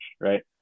Right